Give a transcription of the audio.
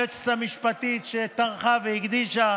היועצת המשפטית, שטרחה והקדישה,